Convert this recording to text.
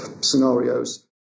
scenarios